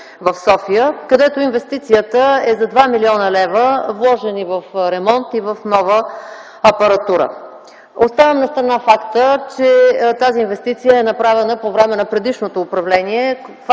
в София, където инвестицията е за 2 млн.лв., вложени в ремонт и нова апаратура. Оставям настрана факта, че тази инвестиция е направена по време на предишното управление,